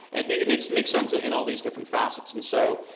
and yeah it needs to make sense ah in all these different facets. and so,